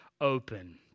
open